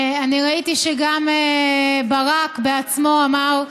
אני ראיתי שגם ברק בעצמו אמר,